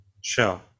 Sure